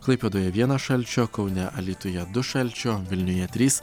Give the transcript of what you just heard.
klaipėdoje vienas šalčio kaune alytuje du šalčio vilniuje trys